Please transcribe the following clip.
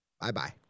Bye-bye